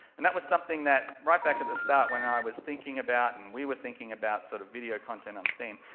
and that was something that, right back at the start when i was thinking about and we were thinking about sort of video content on steam,